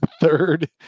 third